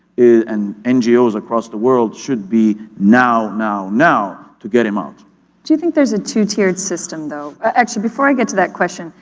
and ngo's across the world, should be now, now, now to get him out. ms do you think there's a two-tiered system though. actually before i get to that question,